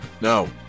No